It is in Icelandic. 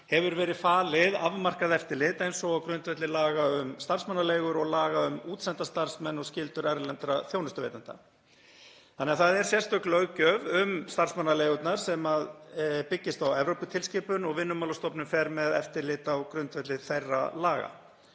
hefur verið falið afmarkað eftirlit, eins og á grundvelli laga um starfsmannaleigur og laga um útsenda starfsmenn og skyldur erlendra þjónustuveitenda. Þannig að það er sérstök löggjöf um starfsmannaleigurnar sem byggist á Evróputilskipun og Vinnumálastofnun fer með eftirlit á grundvelli þeirra laga.